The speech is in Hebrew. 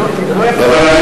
אבוד.